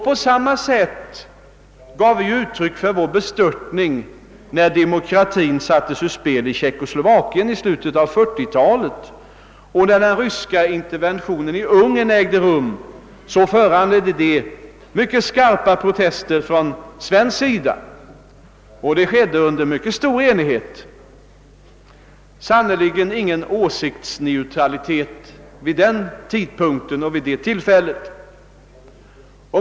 På samma sätt gav vi uttryck för vår bestörtning då demokratin sattes ur spel i Tjeckoslovakien i slutet av 1940-talet, och när den ryska interventionen i Ungern ägde rum .: föranledde den mycket skarpa protester från svensk sida. Dessa aktio ner gjordes under mycket stor enighet, och det förekom sannerligen ingen åsiktsneutralitet vid dessa tillfällen.